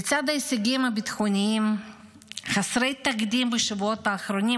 לצד ההישגים הביטחוניים וחסרי התקדים בשבועות האחרונים,